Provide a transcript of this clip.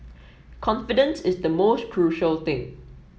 confidence is the most crucial thing